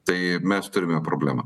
tai mes turime problemą